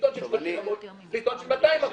עיתון של 30 עמוד לעיתון של 200 עמוד.